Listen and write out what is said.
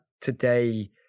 today